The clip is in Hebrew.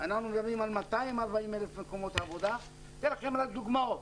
אנחנו מדברים על 240,000 מקומות עבודה ואני אתן לכם דוגמאות.